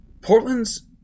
Portland's